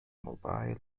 mobile